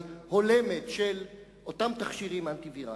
הולמת של אותם תכשירים אנטי-וירליים.